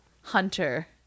Hunter